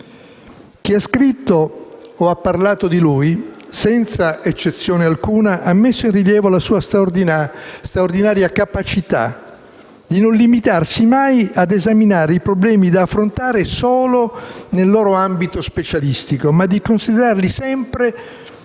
Chi ha scritto o parlato di lui, senza eccezione alcuna, ha messo in rilievo la sua straordinaria capacità di non limitarsi mai a esaminare i problemi da affrontare solo nel loro ambito specialistico, ma di considerarli sempre nel